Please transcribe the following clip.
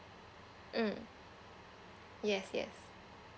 mm yes yes